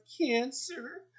cancer